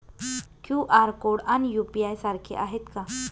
QR code आणि UPI सारखे आहेत का?